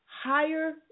higher